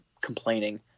complaining